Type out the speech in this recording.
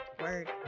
Word